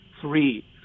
three